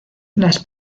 las